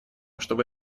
чтобы